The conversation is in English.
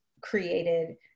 created